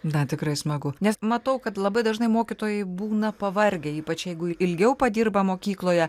na tikrai smagu nes matau kad labai dažnai mokytojai būna pavargę ypač jeigu ilgiau padirba mokykloje